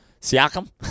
Siakam